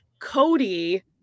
Cody